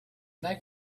like